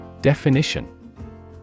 Definition